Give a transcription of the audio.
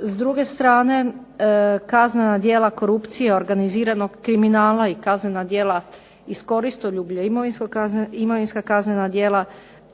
S druge strane, kaznena djela korupcije i organiziranog kriminala i kaznena djela iz koristoljublja, imovinska kaznena djela